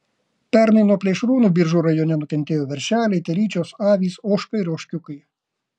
pernai nuo plėšrūnų biržų rajone nukentėjo veršeliai telyčios avys ožka ir ožkiukai